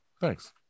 thanks